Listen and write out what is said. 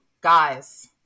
Guys